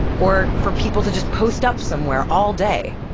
or for people to just post up somewhere all day.